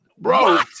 Bro